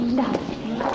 lovely